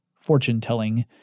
fortune-telling